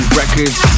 records